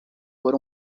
por